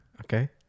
Okay